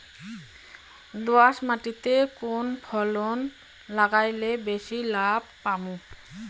দোয়াস মাটিতে কুন ফসল লাগাইলে বেশি লাভ পামু?